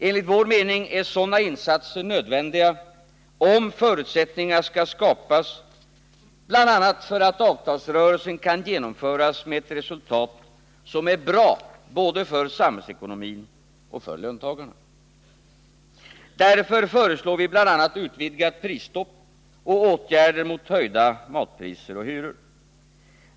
Enligt vår mening är sådana insatser nödvändiga om förutsättningar skall skapas bl.a. för att avtalsrörelsen skall kunna genomföras med ett resultat, som är bra både för samhällsekonomin och för löntagarna. Därför föreslår vi bl.a. utvidgat prisstopp och åtgärder mot höjda matpriser och hyror.